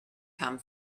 come